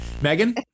Megan